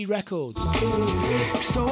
Records